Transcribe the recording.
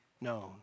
known